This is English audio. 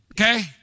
Okay